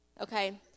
Okay